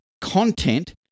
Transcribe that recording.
content